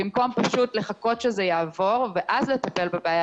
במקום לחכות שזה יעבור ואז לטפל בבעיה,